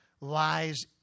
lies